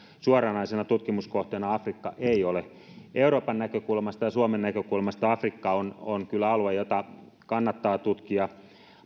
suoranaisena tutkimuskohteena afrikka ei ole euroopan näkökulmasta ja suomen näkökulmasta afrikka on on kyllä alue jota kannattaa tutkia